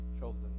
chosen